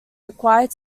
required